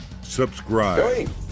subscribe